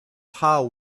how